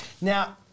Now